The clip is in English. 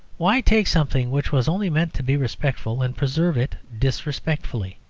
why take something which was only meant to be respectful and preserve it disrespectfully?